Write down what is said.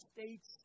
States